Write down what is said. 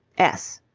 s.